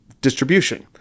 distribution